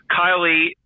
Kylie